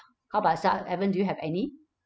how about yourself evan do you have any